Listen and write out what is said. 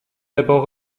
d’abord